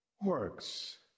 works